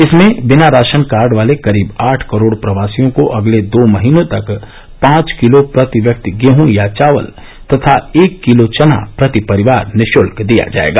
इसमें बिना ration card वाले करीब आठ करोड़ प्रवासियों को अगले दो महीने तक पांच किलो प्रति व्यक्ति गेहूं या चावल तथा एक किलो चना प्रति परिवार निशुल्क दिया जाएगा